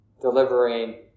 delivering